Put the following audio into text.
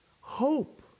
hope